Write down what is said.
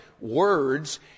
words